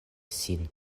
sin